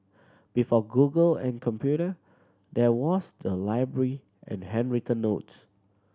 before Google and computer there was the library and handwritten notes